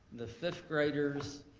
the fifth graders,